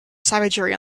savagery